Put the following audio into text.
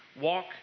walk